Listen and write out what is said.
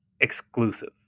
exclusive